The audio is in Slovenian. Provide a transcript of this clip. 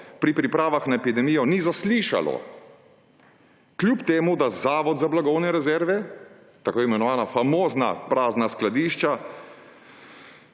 pri pripravah na epidemijo ni zaslišalo, kljub temu da Zavod za blagovne rezerve, tako imenovana famozna prazna skladišča,